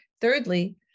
Thirdly